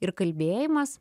ir kalbėjimas